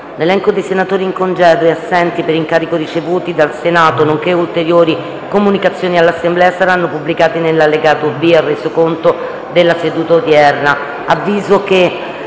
L’elenco dei senatori in congedo e assenti per incarico ricevuto dal Senato, nonché ulteriori comunicazioni all’Assemblea saranno pubblicati nell’allegato B al Resoconto della seduta odierna.